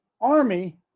army